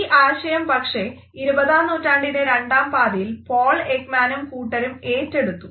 ഈ ആശയം പക്ഷെ ഇരുപതാം നൂറ്റാണ്ടിൻ്റെ രണ്ടാം പാതിയിൽ പോൾ എക്മാനും കൂട്ടരും ഏറ്റെടുത്തു